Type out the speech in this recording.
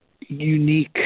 unique